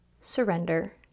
surrender